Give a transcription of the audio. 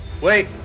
Wait